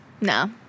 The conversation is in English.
No